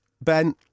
Ben